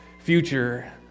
future